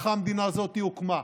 ככה המדינה הזאת הוקמה.